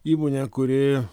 įmonę kuri